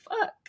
fuck